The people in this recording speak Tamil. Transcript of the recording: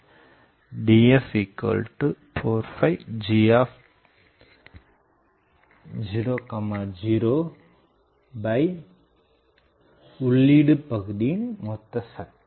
Df4 gஉள்ளீடு பகுதியின் மொத்த சக்தி